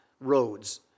roads